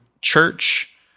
church